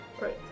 Right